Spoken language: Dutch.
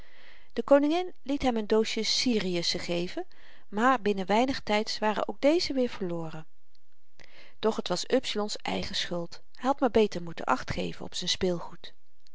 de koningin liet hem n doosje siriussen geven maar binnen weinig tyds waren ook deze weer verloren doch t was upsilon's eigen schuld hy had maar beter moeten achtgeven op z'n speelgoed